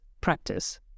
practice